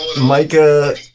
Micah